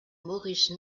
maurice